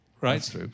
Right